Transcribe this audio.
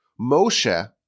Moshe